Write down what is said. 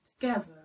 together